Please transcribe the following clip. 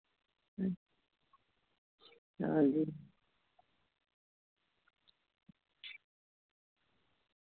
आं जी